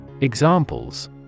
Examples